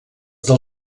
del